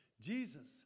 Jesus